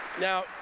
Now